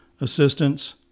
assistance